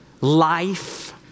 life